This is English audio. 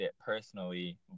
personally